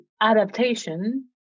adaptation